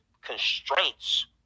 constraints